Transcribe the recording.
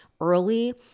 early